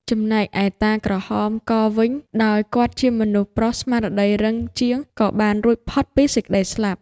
ចំណែកឯតាក្រហមកវិញ ដោយគាត់ជាមនុស្សប្រុសស្មារតីរឹងជាង ក៏បានរួចផុតពីសេចក្ដីស្លាប់ ។